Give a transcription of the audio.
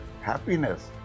happiness